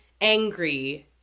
angry